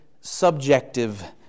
subjective